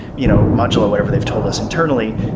you know modula, whatever they've told us internally,